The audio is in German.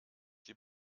sie